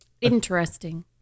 Interesting